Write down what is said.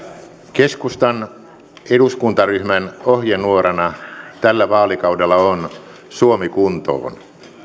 keskustan eduskuntaryhmän ohjenuorana tällä vaalikaudella on suomi kuntoon